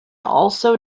also